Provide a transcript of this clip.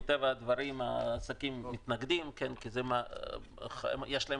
מטבע הדברים העסקים מתנגדים כי יש להם